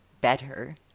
better